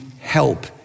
help